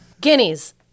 Guineas